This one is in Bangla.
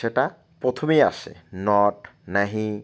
সেটা প্রথমেই আসে নট নেহি